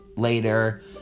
later